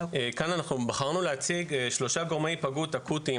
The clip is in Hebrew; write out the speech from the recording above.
כאן אנחנו בחרנו להציג שלושה גורמי היפגעות אקוטיים